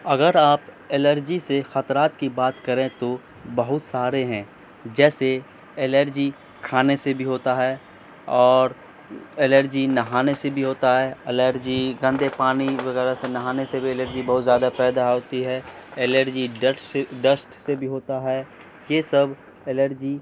اگر آپ الرجی سے خطرات کی بات کریں تو بہت سارے ہیں جیسے الرجی کھانے سے بھی ہوتا ہے اور الرجی نہانے سے بھی ہوتا ہے الرجی گندے پانی وغیرہ سے نہانے سے بھی الرجی بہت زیادہ پیدا ہوتی ہے الرجی ڈسٹ سے ڈسٹ سے بھی ہوتا ہے یہ سب الرجی